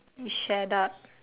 you shut up